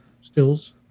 stills